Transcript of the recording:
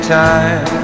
time